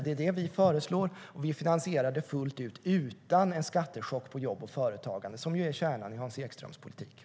Det är vad vi föreslår, och vi finansierar det fullt ut utan en skattechock på jobb och företagande, som är kärnan i Hans Ekströms politik.